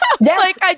Yes